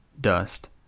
dust